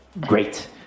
great